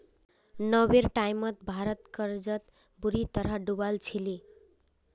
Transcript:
नब्बेर टाइमत भारत कर्जत बुरी तरह डूबाल छिले